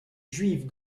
juive